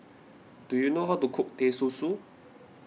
do you know how to cook Teh Susu